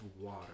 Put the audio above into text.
water